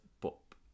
pop